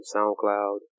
SoundCloud